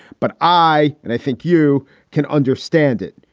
but i and i think you can understand it.